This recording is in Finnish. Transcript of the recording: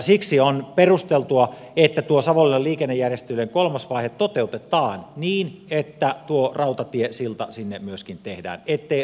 siksi on perusteltua että tuo savonlinnan liikennejärjestelyjen kolmas vaihe toteutetaan niin että tuo rautatiesilta sinne myöskin tehdään ettei rautatie katkea